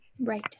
Right